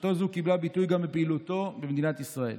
גישתו זו קיבלה ביטוי גם בפעילותו במדינת ישראל.